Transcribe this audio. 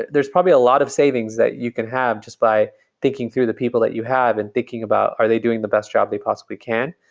there's probably a lot of savings that you can have just by thinking through the people that you have and thinking about are they doing the best job they possibly can.